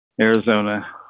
Arizona